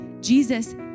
Jesus